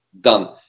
done